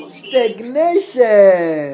stagnation